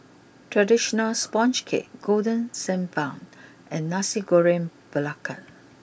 traditional Sponge Cake Golden Sand Bun and Nasi Goreng Belacan